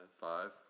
Five